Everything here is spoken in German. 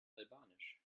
albanisch